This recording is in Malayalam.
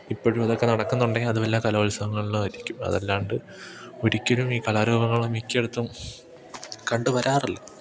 ഇപ്പോഴും അതൊക്കെ നടക്കുന്നുണ്ടെങ്കിൽ അത് വല്ല കലോത്സവങ്ങളിലോ ആയിരിക്കും അതല്ലാണ്ട് ഒരിക്കലും ഈ കലാരൂപങ്ങൾ മിക്കയിടത്തും കണ്ടു വരാറില്ല